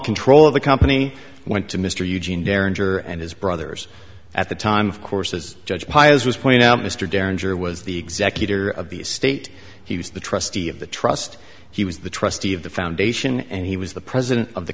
control of the company went to mr eugene derringer and his brothers at the time of course as judge paez was pointing out mr derringer was the executor of the state he was the trustee of the trust he was the trustee of the foundation and he was the president of the